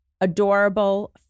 adorable